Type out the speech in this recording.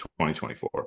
2024